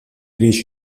речь